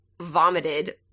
vomited